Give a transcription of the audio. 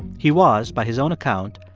he was, by his own account,